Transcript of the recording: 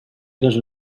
eres